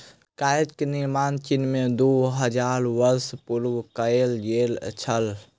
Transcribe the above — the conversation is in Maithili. कागज के निर्माण चीन में दू हजार वर्ष पूर्व कएल गेल छल